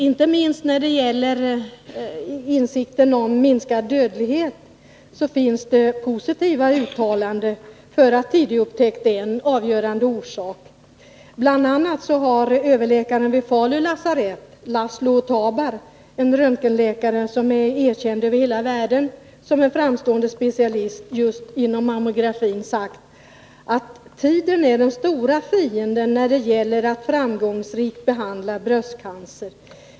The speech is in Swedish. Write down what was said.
Inte minst när det gäller insikten om minskad dödlighet i samband med bröstcancer har det gjorts positiva uttalanden om att tidigupptäckt är en avgörande faktor. Bl.a. har överläkaren vid Falu lasarett Laslo Tabarr — en röntgenläkare som är erkänd över hela världen som en framstående specialist just inom mammografin — sagt att tiden är den stora fienden när det gäller att framgångsrikt behandla bröstcancer.